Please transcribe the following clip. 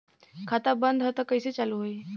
खाता बंद ह तब कईसे चालू होई?